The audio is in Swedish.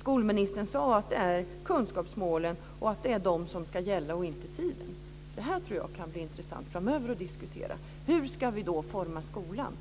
skolministern sade att det är kunskapsmålen som ska gälla, inte tiden. Det kan bli intressant att diskutera framöver. Hur ska vi då forma skolan?